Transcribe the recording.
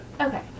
Okay